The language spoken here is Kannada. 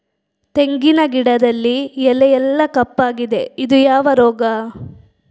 ತೆಂಗಿನ ಗಿಡದಲ್ಲಿ ಎಲೆ ಎಲ್ಲಾ ಕಪ್ಪಾಗಿದೆ ಇದು ಯಾವ ರೋಗ?